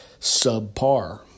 subpar